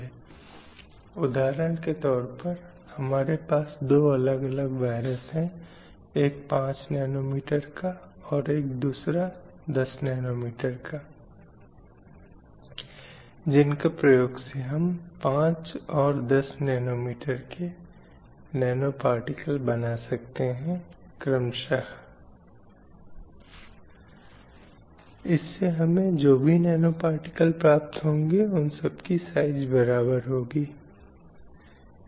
अब इसलिए इस पूर्वाग्रहपूर्ण धारणा के परिणामस्वरूप पुरुषों को महिलाओं के ऊपर आंकने के रूप में एक लिंग को दूसरे से अधिक आंका जाता है क्योंकि लैंगिक रूढ़िवादिता उन भूमिकाओं व्यवहारों के अलगाव की ओर ले जाती है जो इन दोनों से अपेक्षित हैं इन दोनों में से एक को समाज दूसरे की तुलना में अधिक महत्व देता है और इसलिए समाज में इन दो समूहों के बीच कुछ अंतर होता है